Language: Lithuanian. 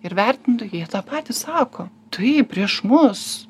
ir vertintojai jie tą patį sako taip prieš mus